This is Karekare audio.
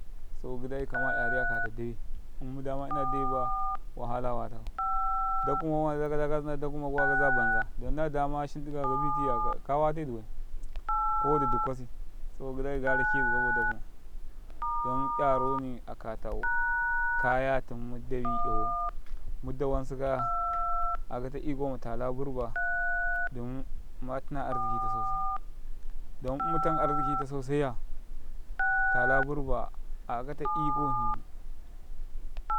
﻿Sabokagidai 'yara kata ɗawe, immada ma ina dawe baya wahala watakau da kuma kuwa kada kala zina ɗa kuma kuwa kaza ɓami don nadama shinɗikaya kabitiya ka wate dibai ko wadi dukkasi sabo kagida'i gara kezi kabo da kumau don 'yaroni akatau kayatum mudawi 'yawau muda sukaya akataiko matala burba dum matina arzikita sosai don immutan arzikitau sosaiya tala burba a'akata iko hni.